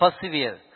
persevere